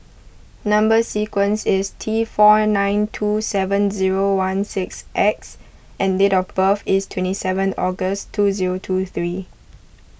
Number Sequence is T four nine two seveb zero one six X and date of birth is twenty seventh August two zero two three